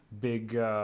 big